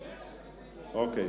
מושך לפי סעיף, אוקיי.